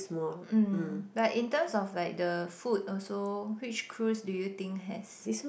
mm but in terms of like the food also which cruise do you think has